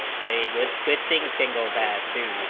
say good good things can go back to